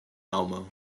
elmo